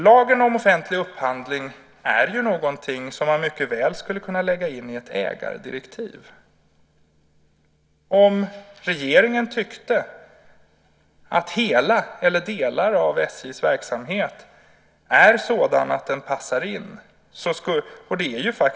Lagen om offentlig upphandling är ju någonting som mycket väl skulle kunna läggas in i ett ägardirektiv om regeringen tyckte att hela eller delar av SJ:s verksamhet är sådan att den passar in.